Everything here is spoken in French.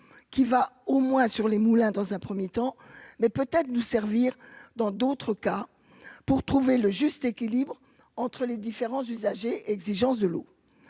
qui va au moins sur les moulins dans un 1er temps mais peut-être nous servir dans d'autres cas pour trouver le juste équilibre entre les différents usagers exigence de l'eau,